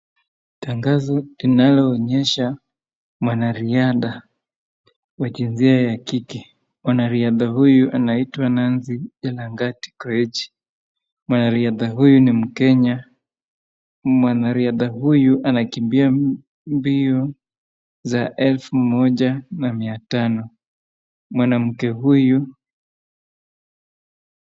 Tangazo linaloonyesha mwanariadha wa jinsia ya kike, mwanariadha huyu anaitwa Nancy Chelangat Koech, mwanariadha huyu ni mkenya, mwanariadha huyu anakimbia mbio za elfu moja na mia tano, mwanamke huyu.